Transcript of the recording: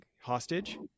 hostage